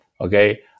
okay